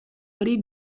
hori